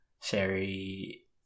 sherry